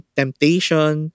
temptation